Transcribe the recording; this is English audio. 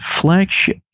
flagship